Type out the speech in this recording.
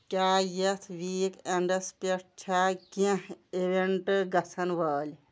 کیا یتھ weekends پیٹھ چھا کینٛہہ ایوینٹ گژھن وٲلۍ ؟